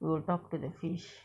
we will talk to the fish